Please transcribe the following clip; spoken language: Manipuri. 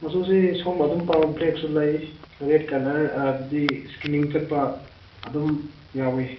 ꯃꯆꯨꯁꯤ ꯁꯣꯝ ꯑꯗꯨꯝ ꯄꯥꯝꯕ ꯕ꯭ꯂꯦꯛꯁꯨ ꯂꯩ ꯔꯦꯗ ꯀꯂꯔ ꯑꯗꯨꯗꯤ ꯁ꯭ꯀꯤꯅꯤꯡ ꯆꯠꯄ ꯑꯗꯨꯝ ꯌꯥꯎꯋꯦ